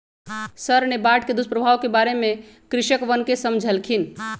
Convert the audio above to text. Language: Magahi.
सर ने बाढ़ के दुष्प्रभाव के बारे में कृषकवन के समझल खिन